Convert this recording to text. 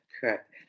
Correct